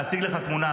להציג לך תמונה,